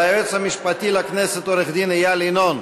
ליועץ המשפטי לכנסת עורך-דין איל ינון,